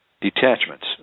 Detachments